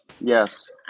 Yes